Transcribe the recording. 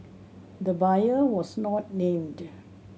the buyer was not named